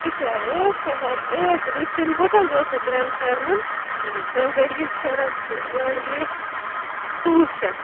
تۄہہِ چھُوا ٲٹھ شتھ وَنان ٲٹھ تیٚلہِ کوٗتاہ گوٚو سُہ ترین پھٮ۪رنن ٲٹھ ٲٹھ گٔے شُراہ تہٕ ٲٹھ گٔے ژۄوُہ شتھ